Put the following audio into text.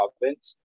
province